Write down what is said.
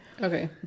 Okay